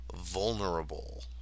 vulnerable